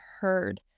heard